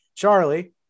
Charlie